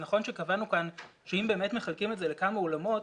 נכון שקבענו כאן שאם מחלקים את זה לכמה אולמות,